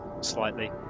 slightly